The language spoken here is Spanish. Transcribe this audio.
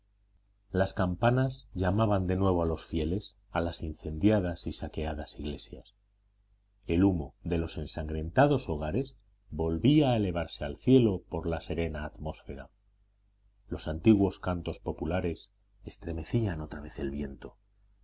las campanas llamaban de nuevo a los fieles a las incendiadas y saqueadas iglesias el humo de los ensangrentados hogares volvía a elevarse al cielo por la serena atmósfera los antiguos cantos populares estremecían otra vez el viento